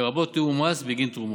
לרבות תיאום מס בגין תרומות.